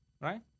right